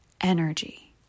energy